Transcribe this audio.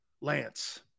Lance